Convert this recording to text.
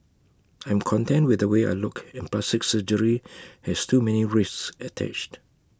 I am content with the way I look and plastic surgery has too many risks attached